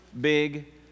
big